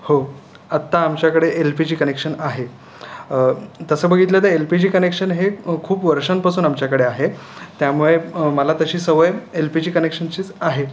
हो आत्ता आमच्याकडे एल पी जी कनेक्शन आहे तसं बघितलं तर एल पी जी कनेक्शन हे खूप वर्षांपासून आमच्याकडे आहे त्यामुळे मला तशी सवय एल पी जी कनेक्शनचीच आहे